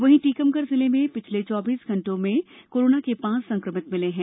वहीं टीकमगढ़ जिले में पिछले चौबीस घंटे में कोरोना के पांच संक्रमित मिले हैं